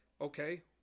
Okay